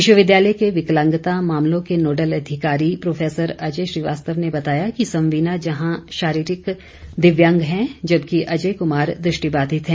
विश्वविद्यालय के विकलांगता मामलों के नोडल अधिकारी प्रोफेसर अजय श्रीवास्तव ने बताया कि संवीना जहां शारीरिक दिव्यांग है जबकि अजय कुमार दृष्टिबाधित है